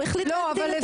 הוא החלט להגדיל את המספר.